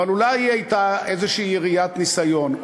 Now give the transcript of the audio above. אבל אולי היא הייתה איזו יריית ניסיון,